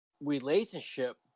relationship